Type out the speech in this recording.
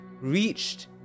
reached